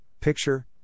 picture